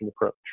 approach